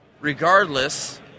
Regardless